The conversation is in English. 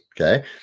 Okay